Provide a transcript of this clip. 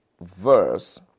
verse